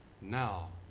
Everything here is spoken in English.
Now